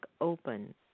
open